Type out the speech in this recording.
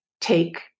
take